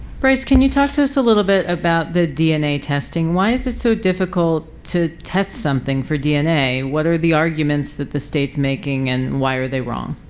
bryce, can you talk to us a little bit about the dna testing? why is it so difficult to test something for dna? what are the arguments that the state's making and why are they wrong?